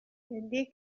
eddy